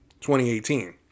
2018